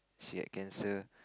she had cancer